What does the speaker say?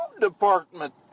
department